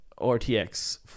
RTX